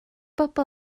bobl